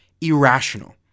irrational